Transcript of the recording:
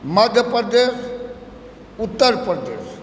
Madhya Pradesh Uttar Pradesh